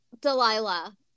Delilah